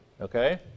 Okay